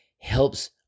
helps